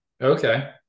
Okay